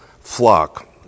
flock